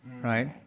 Right